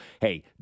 Hey